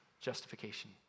justification